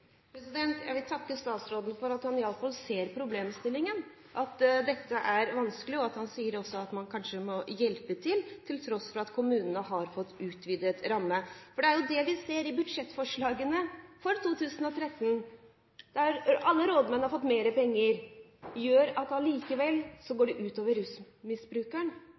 Jeg vil takke statsråden for at han i alle fall ser problemstillingen, at dette er vanskelig. Han sier også at man kanskje må hjelpe til, til tross for at kommunene har fått en utvidet ramme. Det er jo det vi ser i budsjettforslagene for 2013: Alle rådmenn har fått mer penger, men det gjør allikevel at det går ut over rusmisbrukeren,